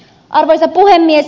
arvoisa puhemies